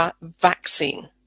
vaccine